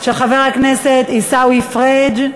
של חברי הכנסת עיסאווי פריג',